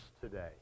today